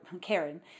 Karen